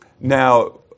Now